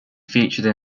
featured